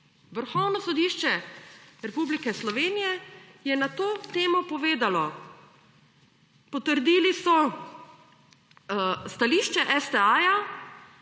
Vrhovno sodišče Republike Slovenije je na to temo povedalo, potrdili so stališče STA,